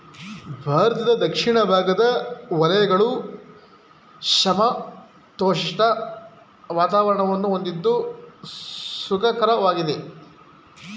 ಭಾರತದ ದಕ್ಷಿಣ ಭಾಗದ ವಲಯಗಳು ಸಮಶೀತೋಷ್ಣ ವಾತಾವರಣವನ್ನು ಹೊಂದಿದ್ದು ಸುಖಕರವಾಗಿದೆ